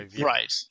right